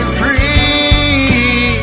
free